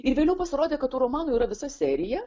ir vėliau pasirodė kad tų romanų yra visa serija